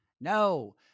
No